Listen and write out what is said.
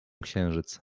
księżyc